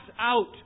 out